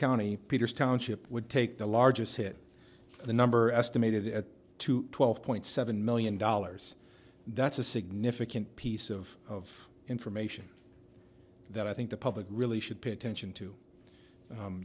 county peters township would take the largest hit the number estimated at two twelve point seven million dollars that's a significant piece of information that i think the public really should pay attention to